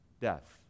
death